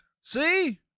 See